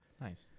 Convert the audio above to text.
Nice